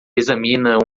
examina